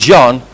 John